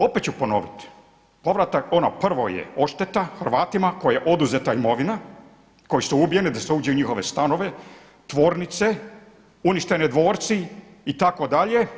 Opet ću ponoviti, ono prvo je odšteta Hrvatima kojima je oduzeta imovina, koji su ubijeni da se uđe u njihove stanove, tvornice, uništeni dvorci itd.